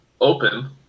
Open